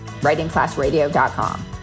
writingclassradio.com